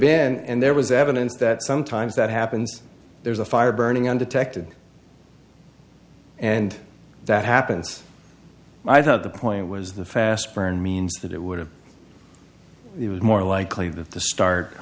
been and there was evidence that sometimes that happens there's a fire burning undetected and that happens i thought the point was the fast burn means that it would have more likely that the star